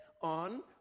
on